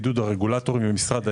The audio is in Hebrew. בעידוד הרגולטור ממשרד האנרגיה,